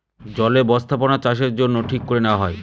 জলে বস্থাপনাচাষের জন্য ঠিক করে নেওয়া হয়